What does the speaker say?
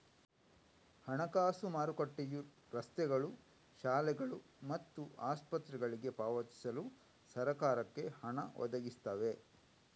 ಹಣಕಾಸು ಮಾರುಕಟ್ಟೆಯು ರಸ್ತೆಗಳು, ಶಾಲೆಗಳು ಮತ್ತು ಆಸ್ಪತ್ರೆಗಳಿಗೆ ಪಾವತಿಸಲು ಸರಕಾರಕ್ಕೆ ಹಣ ಒದಗಿಸ್ತವೆ